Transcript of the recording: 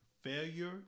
failure